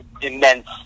immense